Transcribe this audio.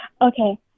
Okay